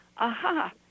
aha